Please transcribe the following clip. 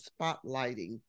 spotlighting